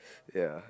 ya